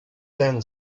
then